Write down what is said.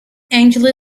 angela